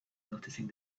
noticing